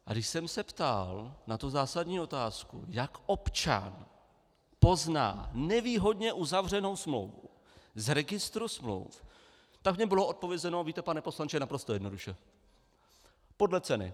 A když jsem se ptal na zásadní otázku, jak občan pozná nevýhodně uzavřenou smlouvu z registru smluv, tak mi bylo odpovězeno: Víte, pane poslanče, naprosto jednoduše podle ceny.